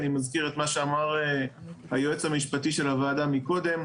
אני מזכיר את מה שאמר היועץ המשפטי של הוועדה קודם.